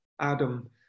Adam